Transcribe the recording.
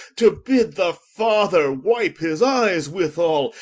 to bid the father wipe his eyes withall,